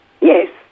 Yes